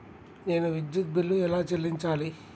నేను విద్యుత్ బిల్లు ఎలా చెల్లించాలి?